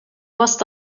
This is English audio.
must